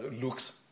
looks